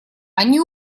они